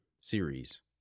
series